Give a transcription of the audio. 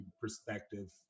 perspective